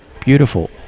beautiful